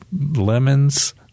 lemons